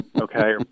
okay